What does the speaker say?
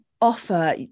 offer